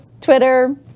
twitter